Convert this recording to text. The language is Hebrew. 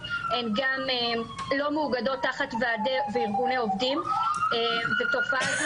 הן גם לא מאוגדות תחת ועדי וארגוני עובדים ותופעה זו